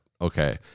okay